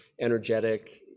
energetic